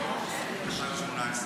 מה אתה רוצה ממני?